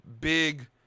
big